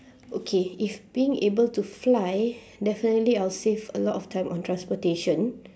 okay if being able to fly definitely I will save a lot of time on transportation